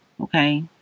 okay